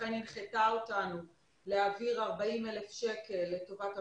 אכן הנחתה אותנו להעביר 40,000 שקל לטובת המרכז.